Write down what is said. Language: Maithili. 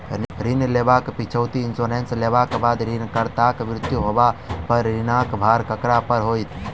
ऋण लेबाक पिछैती इन्सुरेंस लेबाक बाद ऋणकर्ताक मृत्यु होबय पर ऋणक भार ककरा पर होइत?